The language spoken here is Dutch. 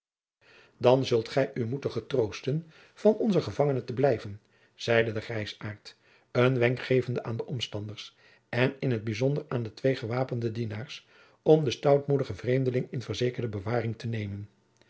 dan zult gij u moeten getroosten van onze gevangene te blijven zeide de grijzaart een wenk gevende aan de omstanders en in t bijzonder aan de twee gewapende dienaars om den stoutmoedigen vreemdeling in verzekerde bewaring te nemen